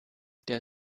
der